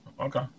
Okay